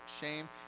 shame